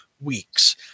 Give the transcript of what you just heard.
weeks